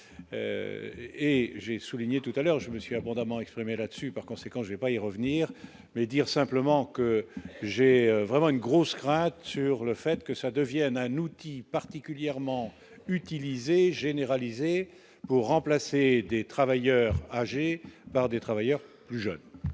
et j'ai souligné tout à l'heure, je me suis abondamment exprimé là-dessus, par conséquent, j'ai pas y revenir mais dire simplement que j'ai vraiment une grosse crainte sur le fait que ça devienne un outil particulièrement utilisé généralisée pour remplacer des travailleurs âgés par des travailleurs plus jeunes.